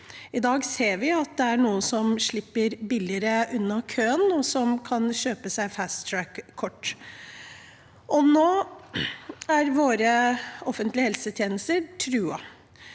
I dag ser vi at det er noen som slipper billigere unna køen, og som kan kjøpe seg fast track-kort. Nå er våre offentlige helsetjenester truet.